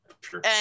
sure